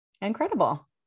incredible